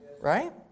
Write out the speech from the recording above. Right